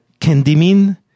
Kendimin